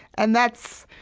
and that's,